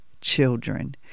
Children